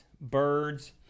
birds